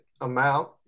amount